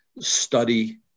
study